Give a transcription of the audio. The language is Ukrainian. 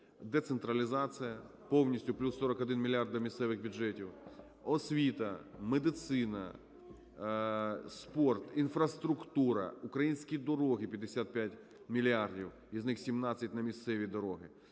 децентралізація повністю плюс 41 мільярд до місцевих бюджетів, освіта, медицина, спорт, інфраструктура, українські дороги, 55 мільярдів, із них 17 мільярдів на місцеві дороги,